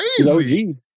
crazy